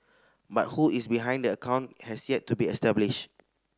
but who is behind the account has yet to be established